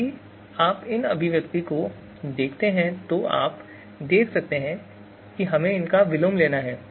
यदि आप इस अभिव्यक्ति को देखते हैं तो आप देख सकते हैं कि हमें इसका विलोम लेना है